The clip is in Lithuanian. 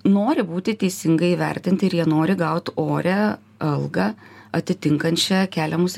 nori būti teisingai įvertinti ir jie nori gaut orią algą atitinkančią keliamus